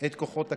את כוחות הכנסת.